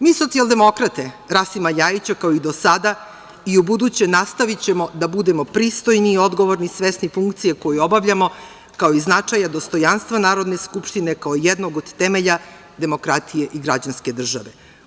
Mi socijaldemokrate Rasima LJajića kao i do sada i ubuduće nastavićemo da budemo pristojni, odgovorni, svesni funkcije koju obavljamo, kao i značaja dostojanstva Narodne skupštine kao jednog od temelja demokratije i građanske države.